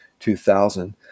2000